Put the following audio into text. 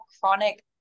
chronic